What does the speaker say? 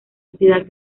sociedad